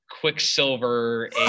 quicksilver